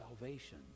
salvation